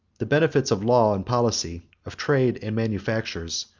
the benefits of law and policy, of trade and manufactures,